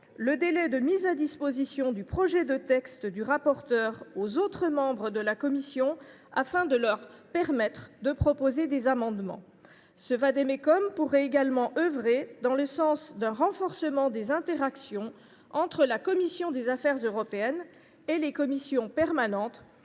le délai de mise à disposition du projet de texte du rapporteur aux autres membres de la commission, afin de leur permettre de proposer des amendements. Ce vade mecum pourrait également œuvrer dans le sens d’un renforcement des interactions entre la commission des affaires européennes et les commissions permanentes,